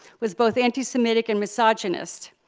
was both anti-semitic and misogynist.